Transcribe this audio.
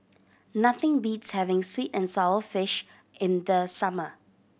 nothing beats having sweet and sour fish in the summer